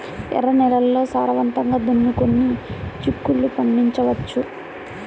ఎర్ర నేలల్లో సారవంతంగా దున్నుకొని చిక్కుళ్ళు పండించవచ్చు